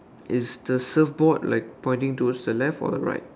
it is the surfboard like pointing towards the left or the right